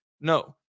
No